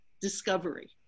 discovery